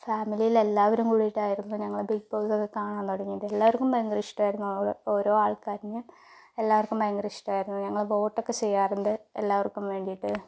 ഫാമിലിയിൽ എല്ലാവരും കൂടിയിട്ടായിരുന്നു ഞങ്ങൾ ബിഗ് ബോസ് ഒക്കെ കാണാൻ തുടങ്ങിയത് എല്ലാവർക്കും ഭയങ്കര ഇഷ്ടമായിരുന്നു ആ ഓരോ ആൾക്കാരിനും എല്ലാവർക്കും ഭയങ്കര ഇഷ്ടമായിരുന്നു ഞങ്ങൾ വോട്ട് ഒക്കെ ചെയ്യാറുണ്ട് എല്ലാവർക്കും വേണ്ടീട്ട്